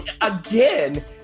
Again